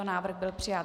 Návrh byl přijat.